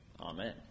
Amen